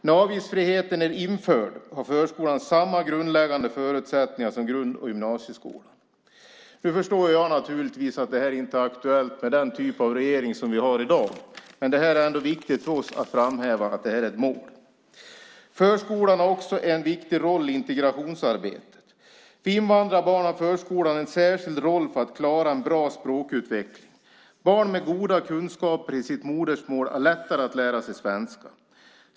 När avgiftsfriheten är införd har förskolan samma grundläggande förutsättningar som grund och gymnasieskolan. Nu förstår jag naturligtvis att detta inte är aktuellt med den typ av regering vi har i dag, men det är ändå viktigt för oss att framhäva detta som ett mål. Förskolan har också en viktig roll i integrationsarbetet. För invandrarbarn har förskolan en särskild roll för att de ska klara en bra språkutveckling. Barn med goda kunskaper i sitt modersmål har lättare att lära sig svenska.